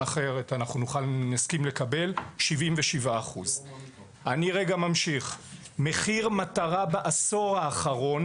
אחרת נסכים לקבל 77%. מחיר המטרה בעשור האחרון